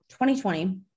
2020